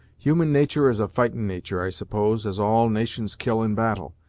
human natur' is a fightin' natur', i suppose, as all nations kill in battle,